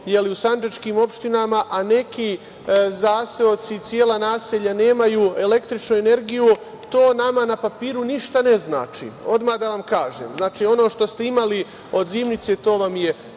živimo u sandžačkim opštinama, a neki zaseoci i cela naselja nemaju električnu energiju, to nama na papiru ništa ne znači, odmah da vam kažem. Znači, ono što ste imali od zimnice, to vam je